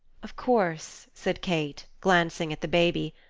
of course, said kate, glancing at the baby.